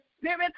spirit